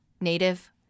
native